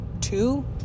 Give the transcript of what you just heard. two